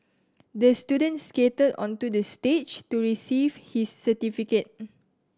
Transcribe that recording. the student skated onto the stage to receive his certificate